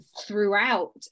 throughout